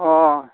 अ